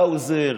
האוזר,